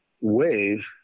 wave